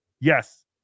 Yes